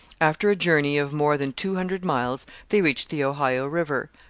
after a journey of more than two hundred miles they reached the ohio river,